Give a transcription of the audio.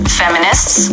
feminists